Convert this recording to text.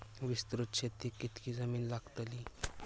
विस्तृत शेतीक कितकी जमीन लागतली?